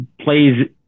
plays